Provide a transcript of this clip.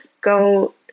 go